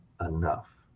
enough